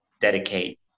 dedicate